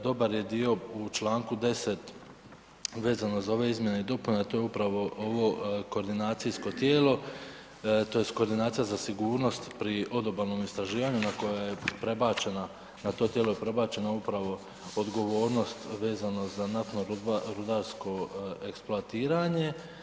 Dobar je dio u članku 10. vezano za ove izmjene i dopune, a to je upravo ovo koordinacijsko tijelo tj. koordinacija za sigurnost pri odobalnom istraživanju na koje je prebačena, na to tijelo je prebačena upravo odgovornost vezano za naftno-rudarsko eksploatiranje.